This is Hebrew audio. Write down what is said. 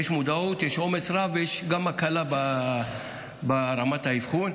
יש מודעות, יש עומס רב, ויש גם הקלה ברמת האבחון.